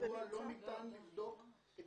מדוע לא ניתן לבדוק את